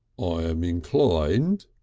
i am inclined,